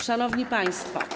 Szanowni Państwo!